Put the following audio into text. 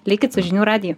likit su žinių radiju